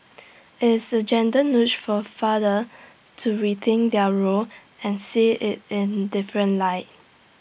it's A gentle nudge for fathers to rethink their role and see IT in different light